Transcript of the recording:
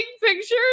pictures